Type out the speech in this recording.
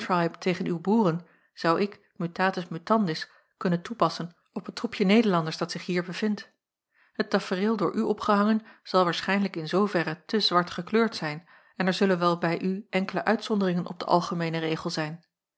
tegen uw boeren zou ik mutatis mutandis kunnen toepassen op het troepje nederlanders dat zich hier bevindt het tafereel door u opgehangen zal waarschijnlijk in zooverre te zwart gekleurd zijn en er zullen wel bij u enkele uitzonderingen op den algemeenen regel zijn